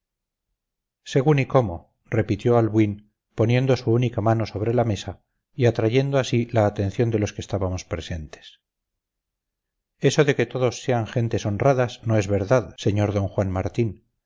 según y cómo repitió albuín poniendo su única mano sobre la mesa y atrayendo a sí la atención de los que estábamos presentes eso de que todos sean gentes honradas no es verdad señor d juan martín